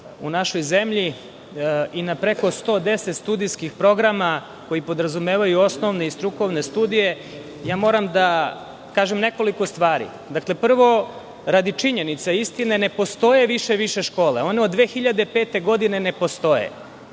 u našoj zemlji i na preko 110 studijskih programa koji podrazumevaju osnovne i strukovne studije, moram da kažem nekoliko stvari. Dakle, prvo radi činjenica i istine, više ne postoje više škole. One od 2005. godine ne postoje. Drugo,